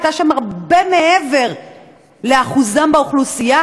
הייתה שם הרבה מעבר לאחוזם באוכלוסייה